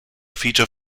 feature